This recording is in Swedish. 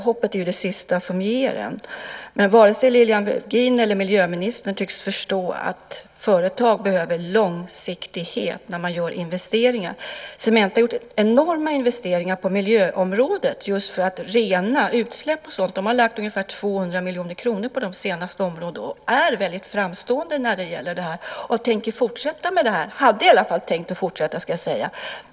Hoppet är ju det sista som överger oss. Men vare sig Lilian Virgin eller miljöministern tycks förstå att företag behöver långsiktighet när man gör investeringar. Cementa har gjort enorma investeringar på miljöområdet just för att rena utsläpp och sådant. De har lagt ungefär 200 miljoner kronor på det. De är väldigt framstående när det gäller detta och hade i alla fall tänkt fortsätta med det.